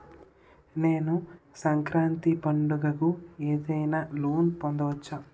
నేను సంక్రాంతి పండగ కు ఏదైనా లోన్ పొందవచ్చా?